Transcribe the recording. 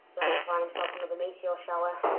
but have to find himself another meteor shower.